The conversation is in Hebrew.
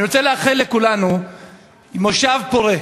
אני רוצה לאחל לכולנו מושב פורה.